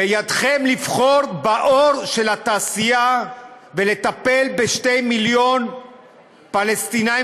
בידכם לבחור באור של התעשייה ולטפל בשני מיליון פלסטינים